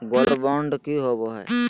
Gold bond की होबो है?